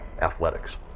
Athletics